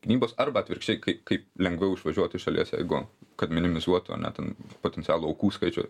gynybos arba atvirkščiai kai kaip lengviau išvažiuot iš šalies jeigu kad minimizuotų ane ten potencialų aukų skaičių